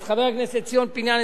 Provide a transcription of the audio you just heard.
את חבר הכנסת ציון פיניאן,